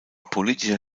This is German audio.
politischer